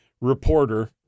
reporter